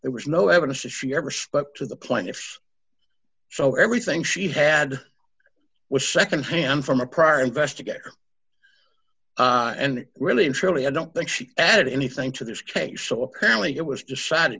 there was no evidence that she ever spoke to the plaintiffs so everything she had was nd hand from a prior investigator and really and truly i don't think she added anything to this case so apparently it was decided